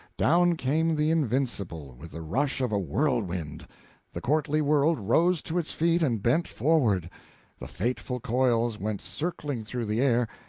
down came the invincible, with the rush of a whirlwind the courtly world rose to its feet and bent forward the fateful coils went circling through the air,